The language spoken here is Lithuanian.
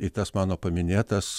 į tas mano paminėtas